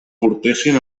portessin